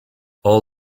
all